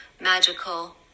magical